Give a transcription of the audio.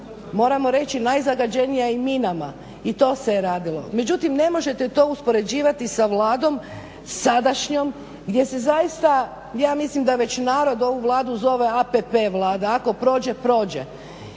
moramo reći najzagađenija i minama i to se je radilo, međutim ne možete to uspoređivati sa Vladom sadašnjom gdje se zaista ja mislim da već narod ovu vladu zove APP Vlada, ako prođe prođe